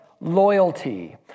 loyalty